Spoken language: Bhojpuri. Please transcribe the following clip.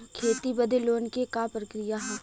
खेती बदे लोन के का प्रक्रिया ह?